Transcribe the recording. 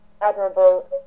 admirable